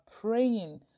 praying